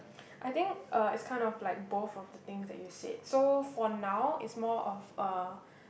I think uh it's kind of like both of the things that you said so for now is more of uh